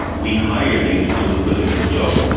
we hired you to do a particular job,